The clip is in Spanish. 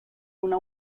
una